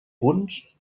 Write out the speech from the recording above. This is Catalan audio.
punts